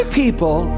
people